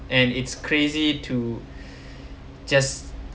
and it's crazy to just